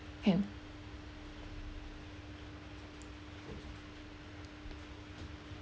can